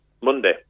Monday